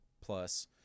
plus